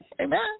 Amen